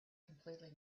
completely